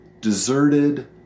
deserted